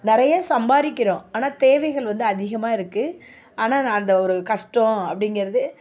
நிறைய சம்பாதிக்கிறோம் ஆனால் தேவைகள் வந்து அதிகமாக இருக்கு ஆனால் நான் அந்த ஒரு கஷ்டம் அப்படிங்கிறது